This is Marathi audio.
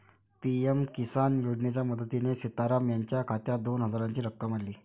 पी.एम किसान योजनेच्या मदतीने सीताराम यांच्या खात्यात दोन हजारांची रक्कम आली